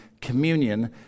communion